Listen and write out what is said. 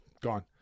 gone